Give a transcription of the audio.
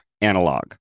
analog